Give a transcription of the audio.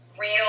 real